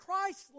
Christ